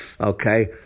Okay